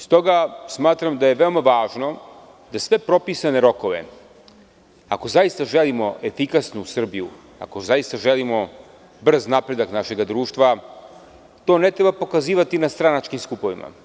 Stoga smatram da je veoma važno da sve propisane rokove, ako zaista želimo efikasnu Srbiju, ako zaista želimo brz napredak našeg društva, to ne treba pokazivati na stranačkim skupovima.